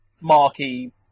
marquee